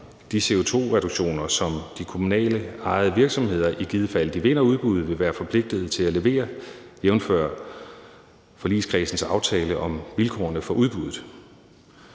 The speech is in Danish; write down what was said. de CO2-reduktioner, som de kommunalt ejede virksomheder, i fald de vinder udbuddet, vil være forpligtet til at levere, jævnfør forligskredsens aftale om vilkårene for udbuddet.